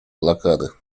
блокады